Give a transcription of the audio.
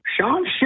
Sean